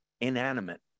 inanimate